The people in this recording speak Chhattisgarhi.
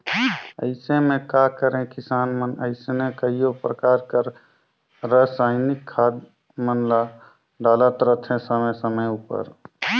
अइसे में का करें किसान मन अइसने कइयो परकार कर रसइनिक खाद मन ल डालत रहथें समे समे उपर